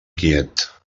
quiet